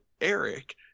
Eric